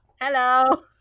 Hello